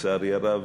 לצערי הרב,